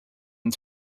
and